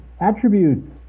Attributes